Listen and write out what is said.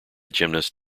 gymnast